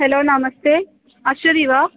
hello नमस्ते अश्वती वा